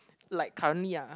like currently ah